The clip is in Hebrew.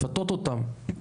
לפתות אותם,